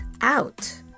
out